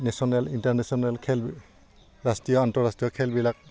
national international খেল ৰাষ্ট্ৰীয় আন্তঃৰাষ্ট্ৰীয় খেলবিলাক